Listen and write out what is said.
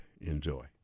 enjoy